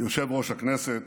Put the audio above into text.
יושב-ראש הכנסת,